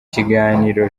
kiganiro